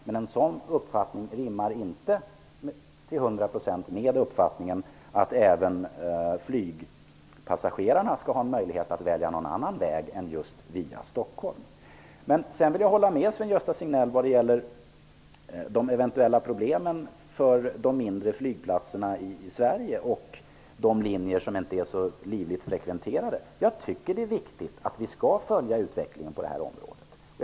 Men en sådan uppfattning rimmar inte till 100 % med uppfattningen att även flygpassagerarna skall ha möjlighet att välja annan väg än just via Stockholm. Jag vill hålla med Sven-Gösta Signell vad gäller de eventuella problemen för de mindre flygplatserna i Sverige och de linjer som inte är så livligt frekventerade. Jag tycker att det är viktigt att vi följer utvecklingen på det här området.